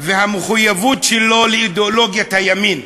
והמחויבות שלו לאידיאולוגיית הימין?